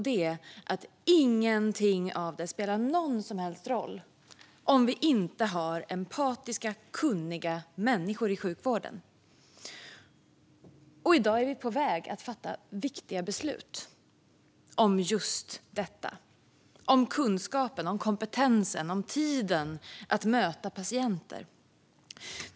Det är att ingenting av detta spelar någon som helst roll om vi inte har empatiska, kunniga människor i sjukvården. I dag är vi på väg att fatta viktiga beslut om just detta. Det handlar om kunskapen, kompetensen och tiden att möta patienter. Fru talman!